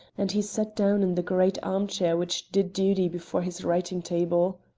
and he sat down in the great armchair which did duty before his writing-table.